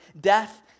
death